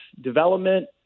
development